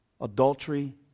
adultery